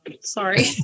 sorry